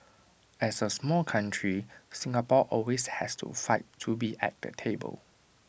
as A small country Singapore always has to fight to be at the table